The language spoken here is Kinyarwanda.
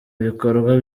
ibikorwa